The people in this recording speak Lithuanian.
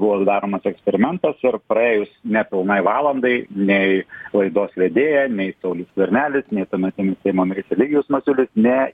buvo daromas eksperimentas ir praėjus nepilnai valandai nei laidos vedėja nei saulius skvernelis nei tuometinis seimo narysi eligijus masiulis ne